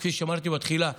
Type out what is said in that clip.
כפי שאמרתי בתחילה,